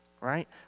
right